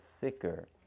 thicker